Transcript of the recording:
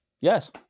Yes